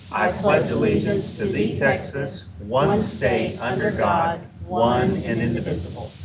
i pledge allegiance to thee, texas, one state under god, one and indivisible.